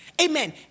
Amen